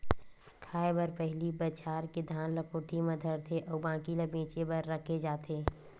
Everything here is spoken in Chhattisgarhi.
खाए बर पहिली बछार के धान ल कोठी म धरथे अउ बाकी ल बेचे बर राखे जाथे